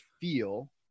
feel